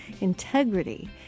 integrity